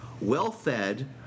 well-fed